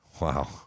Wow